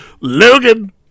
Logan